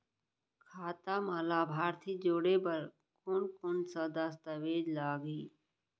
खाता म लाभार्थी जोड़े बर कोन कोन स दस्तावेज लागही?